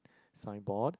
signboard